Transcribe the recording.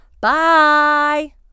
bye